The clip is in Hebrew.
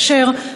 אשר,